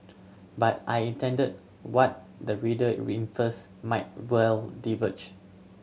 but I intend what the reader infers might well diverge